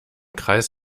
kreis